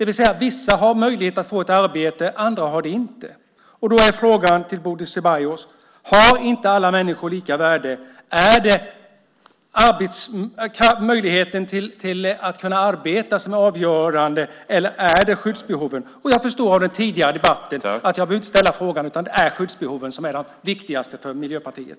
Vissa har möjlighet att få ett arbete och andra har det inte. Frågan till Bodil Ceballos är: Har inte alla människor lika värde? Är det möjligheten att kunna arbeta som är avgörande, eller är det skyddsbehoven? Jag förstår av den tidigare debatten att jag inte behöver ställa frågan, utan det är skyddsbehoven som är det viktigaste för Miljöpartiet.